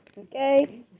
Okay